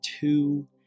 two